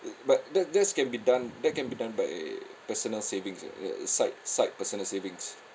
uh but that that's can be done that can be done by personal savings ya side side personal savings